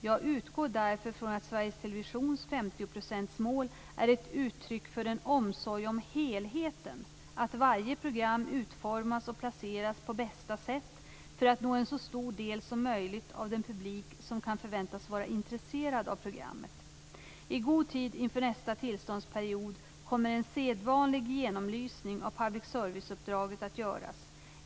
Jag utgår därför från att Sveriges Televisions 50 procentsmål är ett uttryck för en omsorg om helheten - att varje program utformas och placeras på bästa sätt för att nå en så stor del som möjligt av den publik som kan förväntas vara intresserad av programmet. I god tid inför nästa tillståndsperiod kommer en sedvanlig genomlysning av public service-uppdraget att göras.